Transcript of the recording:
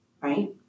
right